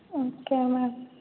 okay ma'am